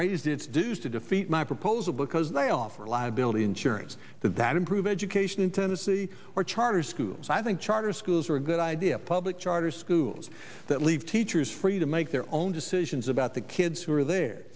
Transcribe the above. raised its dues to defeat my proposal because they offer liability insurance that improve education in tennessee or charter schools i think charter schools are a good idea of public charter schools that leave teachers free to make their own decisions about the kids who are there